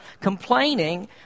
complaining